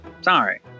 sorry